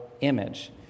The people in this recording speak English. image